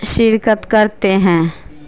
شرکت کرتے ہیں